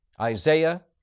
Isaiah